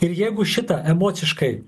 ir jeigu šitą emociškai